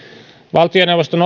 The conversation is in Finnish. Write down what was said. valtioneuvoston